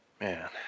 Man